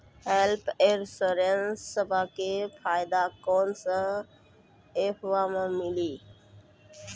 Health इंश्योरेंसबा के फायदावा कौन से ऐपवा पे मिली?